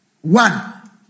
One